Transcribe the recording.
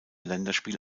länderspiel